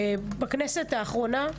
בכנסת האחרונה,